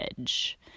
edge